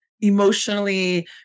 emotionally